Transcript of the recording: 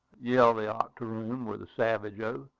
yelled the octoroon, with a savage oath.